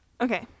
Okay